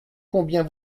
combien